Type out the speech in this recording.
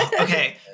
okay